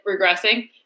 regressing